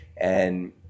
And-